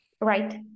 Right